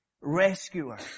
rescuer